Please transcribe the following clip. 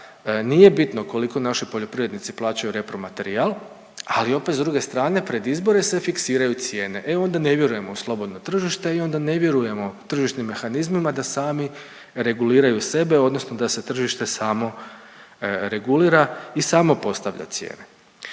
nije bitno koliko naši poljoprivrednici plaćaju repromaterijal, ali opet s druge strane pred izbore se fiksiraju cijene. E onda ne vjerujemo u slobodno tržište i onda ne vjerujemo tržišnim mehanizmima da sami reguliraju sebe, odnosno da se tržište samo regulira i samo postavlja cijene.